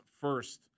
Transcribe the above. first